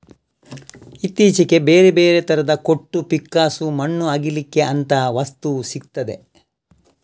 ಇತ್ತೀಚೆಗೆ ಬೇರೆ ಬೇರೆ ತರದ ಕೊಟ್ಟು, ಪಿಕ್ಕಾಸು, ಮಣ್ಣು ಅಗೀಲಿಕ್ಕೆ ಅಂತ ವಸ್ತು ಸಿಗ್ತದೆ